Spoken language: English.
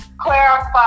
Clarify